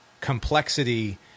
complexity